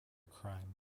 crime